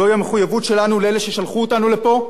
זוהי המחויבות שלנו לאלה ששלחו אותנו לפה,